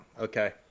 Okay